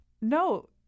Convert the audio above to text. No